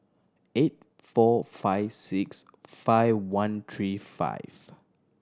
eight four five six five one three five